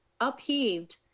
upheaved